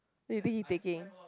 wait you think you taking